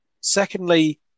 Secondly